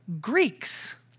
Greeks